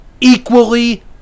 equally